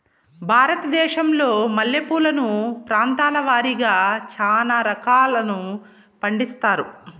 భారతదేశంలో మల్లె పూలను ప్రాంతాల వారిగా చానా రకాలను పండిస్తారు